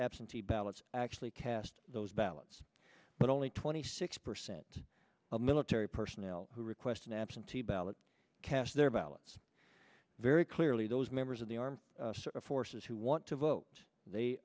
absentee ballots actually cast those ballots but only twenty six percent of military personnel who request an absentee ballot cast their ballots very clearly those members of the armed forces who want to vote they